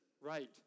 right